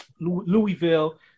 Louisville